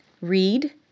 read